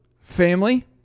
family